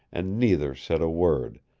and neither said a word,